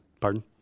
Pardon